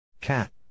Cat